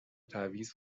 تعویض